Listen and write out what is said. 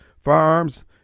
firearms